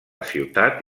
ciutat